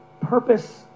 purpose